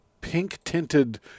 pink-tinted